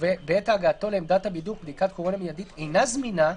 ובעת הגעתו לעמדת הבידוק בדיקת קורונה מיידית אינה זמינה,